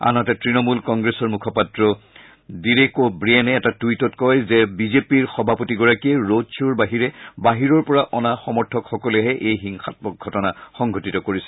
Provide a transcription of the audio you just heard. আনহাতে ত্তণমূল কংগ্ৰেছৰ মুখপাত্ৰ ডিৰেক অ ৱিয়েনে এটা টুইটত কয় যে বিজেপিৰ সভাপতিগৰাকীয়ে ৰড শ্বোৰ বাবে বাহিৰৰ পৰা অনা সমৰ্থকসকলেহে এই হিংসামক ঘটনা সংঘটিত কৰিছিল